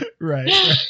right